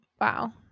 Wow